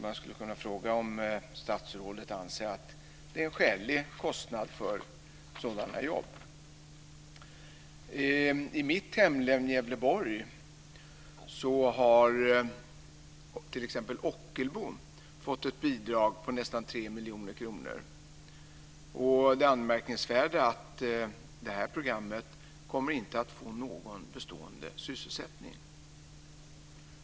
Man skulle kunna fråga om statsrådet anser att det är en skälig kostnad för sådana jobb. I mitt hemlän Gävleborg har t.ex. Ockelbo fått ett bidrag på nästan 3 miljoner kronor. Det anmärkningsvärda är att det här programmet inte kommer att ge någon bestående sysselsättning.